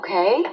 Okay